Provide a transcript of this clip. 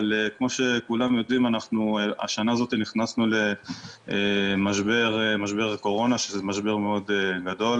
אבל כמו שכולם יודיעם השנה נכנסנו למשבר הקורונה שזה משבר מאוד גדול